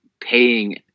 paying